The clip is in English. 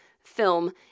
film